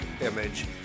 image